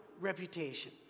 reputation